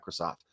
Microsoft